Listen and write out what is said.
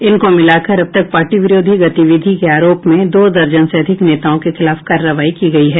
इनको मिलाकर अब तक पार्टी विरोधी गतिविधि के आरोप में दो दर्जन से अधिक नेताओं के खिलाफ कार्रवाई की गई है